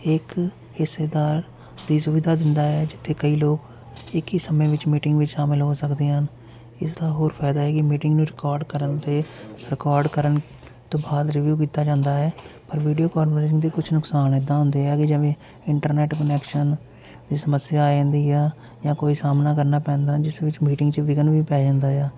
ਇਹ ਇੱਕ ਹਿੱਸੇਦਾਰ ਦੀ ਸੁਵਿਧਾ ਦਿੰਦਾ ਹੈ ਜਿੱਥੇ ਕਈ ਲੋਕ ਇੱਕ ਹੀ ਸਮੇਂ ਵਿੱਚ ਮੀਟਿੰਗ ਵਿੱਚ ਸ਼ਾਮਲ ਹੋ ਸਕਦੇ ਹਨ ਇਸ ਦਾ ਹੋਰ ਫ਼ਾਇਦਾ ਹੈ ਕਿ ਮੀਟਿੰਗ ਨੂੰ ਰਿਕਾਰਡ ਕਰਨ 'ਤੇ ਰਿਕਾਰਡ ਕਰਨ ਤੋਂ ਬਾਅਦ ਰਿਵਿਊ ਕੀਤਾ ਜਾਂਦਾ ਹੈ ਪਰ ਵੀਡੀਓ ਕੋਂਨਫਰੈਂਸਿੰਗ ਦੀ ਕੁਝ ਨੁਕਸਾਨ ਇੱਦਾਂ ਹੁੰਦੇ ਹੈਗੇ ਜਿਵੇਂ ਇੰਟਰਨੈਟ ਕਨੈਕਸ਼ਨ ਦੀ ਸਮੱਸਿਆ ਆ ਜਾਂਦੀ ਆ ਜਾਂ ਕੋਈ ਸਾਹਮਣਾ ਕਰਨਾ ਪੈਂਦਾ ਜਿਸ ਵਿੱਚ ਮੀਟਿੰਗ 'ਚ ਵਿਘਨ ਵੀ ਪੈ ਜਾਂਦਾ ਆ